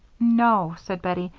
no, said bettie.